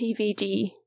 PVD